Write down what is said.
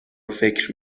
فکر